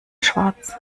schwarz